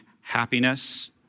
happiness